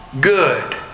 Good